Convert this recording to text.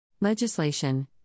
Legislation